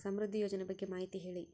ಸಮೃದ್ಧಿ ಯೋಜನೆ ಬಗ್ಗೆ ಮಾಹಿತಿ ಹೇಳಿ?